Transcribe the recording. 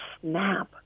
snap